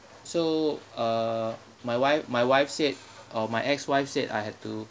so uh my wife my wife said uh my ex-wife said I have to